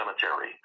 Cemetery